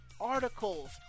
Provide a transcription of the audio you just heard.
articles